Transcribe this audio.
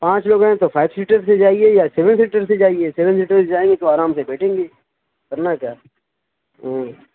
پانچ لوگ ہیں تو فائیو سیٹر سے جایئے یا سیون سیٹر سے جایئے سیون سیٹر سے جائیں گے تو آرام سے بیٹھیں گے کرنا کیا ہے ہوں